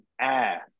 ass